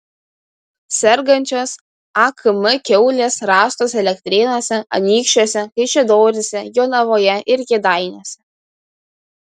sergančios akm kiaulės rastos elektrėnuose anykščiuose kaišiadoryse jonavoje ir kėdainiuose